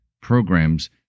programs